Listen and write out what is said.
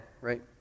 right